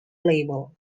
label